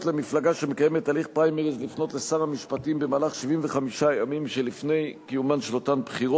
סעיף 39 לחוק הבחירות לכנסת מאפשר כבר היום למפלגות